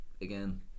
again